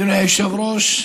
אדוני היושב-ראש,